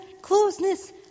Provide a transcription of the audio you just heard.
closeness